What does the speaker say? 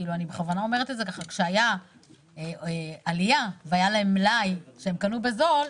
כי כשהייתה עלייה והיה להם מלאי שהם קנו בזול,